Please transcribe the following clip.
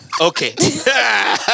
Okay